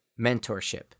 mentorship